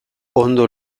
ondo